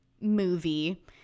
movie